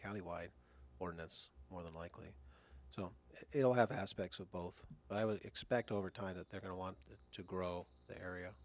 county wide ordinance more than likely so it'll have aspects of both but i would expect over time that they're going to want to grow their area